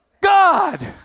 God